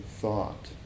thought